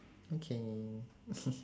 okay